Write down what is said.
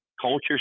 culture